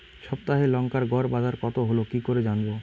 সপ্তাহে লংকার গড় বাজার কতো হলো কীকরে জানবো?